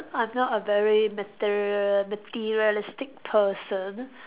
I'm not a very material materialistic person